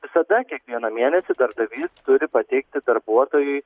visada kiekvieną mėnesį darbdavy turi pateikti darbuotojui